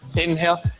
Inhale